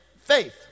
faith